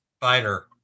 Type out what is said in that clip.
fighter